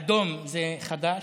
אדום זה חד"ש.